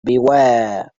beware